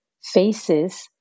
faces